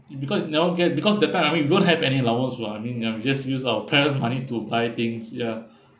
it's because you never get because that time I mean we don't have any allowance lah I mean ya we just use our parents' money to buy things ya